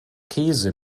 käse